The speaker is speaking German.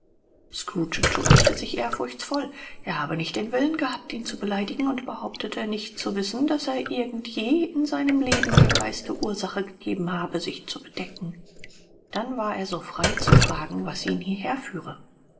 scrooge entschuldigte sich ehrfurchtsvoll er habe nicht den willen gehabt ihn zu beleidigen und behauptete nicht zu wissen daß er irgend je in seinem leben dem geiste ursache gegeben habe sich zu bedecken dann war er so frei zu fragen was ihn hierher führe